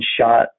shot